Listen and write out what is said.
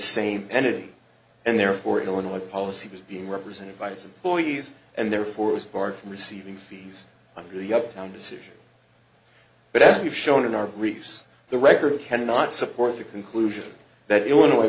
same entity and therefore illinois policy was being represented by its employees and therefore was barred from receiving fees under the up down decision but as we've shown in our briefs the record cannot support the conclusion that illinois